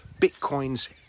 Bitcoin's